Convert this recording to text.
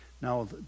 Now